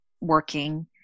working